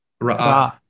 Ra